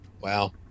Wow